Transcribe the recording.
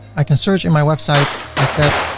i can search in my website like that,